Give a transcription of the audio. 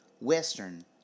western